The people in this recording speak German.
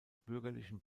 bürgerlichen